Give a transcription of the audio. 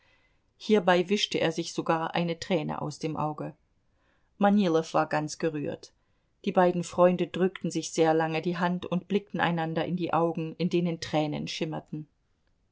hierbei wischte er sich sogar eine träne aus dem auge manilow war ganz gerührt die beiden freunde drückten sich sehr lange die hand und blickten einander in die augen in denen tränen schimmerten